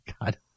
God